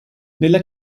nella